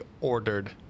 ordered